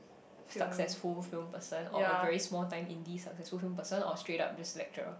successful film person or a very small time indie successful film person or straight up just lecturer